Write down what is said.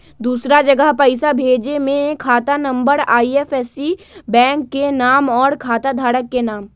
दूसरा जगह पईसा भेजे में खाता नं, आई.एफ.एस.सी, बैंक के नाम, और खाता धारक के नाम?